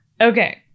Okay